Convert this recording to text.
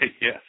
Yes